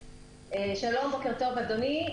שלום, בוקר טוב, אדוני.